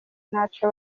ntaco